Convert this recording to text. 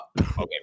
Okay